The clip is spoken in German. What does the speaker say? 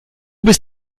bist